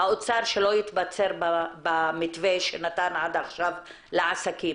האוצר שלא התבצר במתווה שנתן עד עכשיו לעסקים.